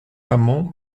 amand